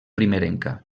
primerenca